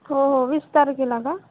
हो हो वीस तारखेला का